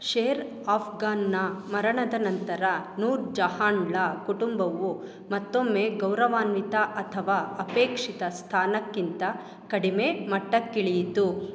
share ಅಫ್ಘಾನ್ನ ಮರಣದ ನಂತರ ನೂರ್ ಜಹಾನ್ಳ ಕುಟುಂಬವು ಮತ್ತೊಮ್ಮೆ ಗೌರವಾನ್ವಿತ ಅಥವಾ ಅಪೇಕ್ಷಿತ ಸ್ಥಾನಕ್ಕಿಂತ ಕಡಿಮೆ ಮಟ್ಟಕ್ಕಿಳಿಯಿತು